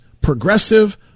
progressive